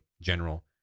General